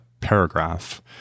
paragraph